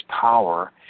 power